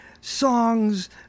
songs